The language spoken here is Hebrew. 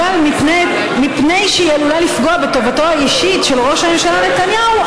אבל מפני שהיא עלולה לפגוע בטובתו האישית של ראש הממשלה נתניהו,